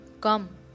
come